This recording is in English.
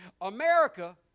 America